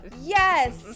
yes